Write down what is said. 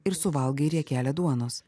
ir suvalgai riekelę duonos